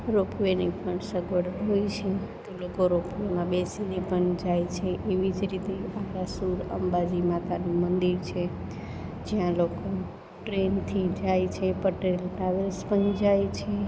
રોપ વેની પણ સગવડ હોય છે તો લોકો રોપ વેમાં બેસીને પણ જાય છે એવી જ રીતે આરાસુર અંબાજી માતાનું મંદિર છે જ્યાં લોકો ટ્રેનથી જાય છે પટેલ ટ્રાવેલ્સ પણ જાય છે